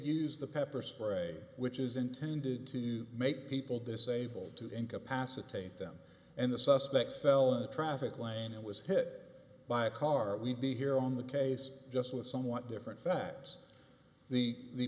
used the pepper spray which is intended to make people disabled to incapacitate them and the suspect fell in a traffic lane and was hit by a car we'd be here on the case just with somewhat different facts the